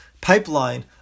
pipeline